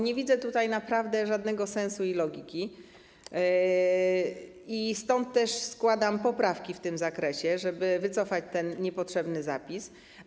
Nie widzę tutaj naprawdę żadnego sensu i logiki i stąd też składam poprawki w tym zakresie, żeby wycofać ten niepotrzebny zapis.